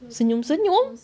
senyum-senyum